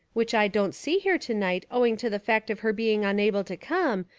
which i don't see here to-night owing to the fact of her being unable to come,